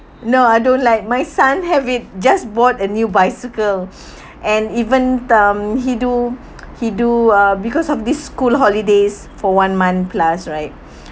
no I don't like my son have it just bought a new bicycle and even um he do he do uh because of this school holidays for one month plus right